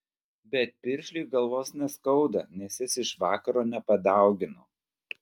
bet piršliui galvos neskauda nes jis iš vakaro nepadaugino